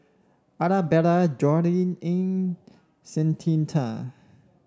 Arabella Joye and Shanita